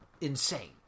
insane